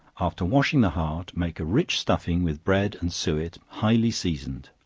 after washing the heart, make a rich stuffing with bread and suet, highly seasoned